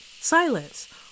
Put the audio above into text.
silence